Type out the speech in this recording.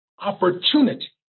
opportunity